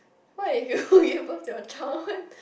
what if you give birth to your child and